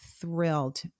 thrilled